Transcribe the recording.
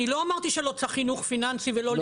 אני לא אמרתי שלא צריך חינוך פיננסי ולא ליווי פיננסי.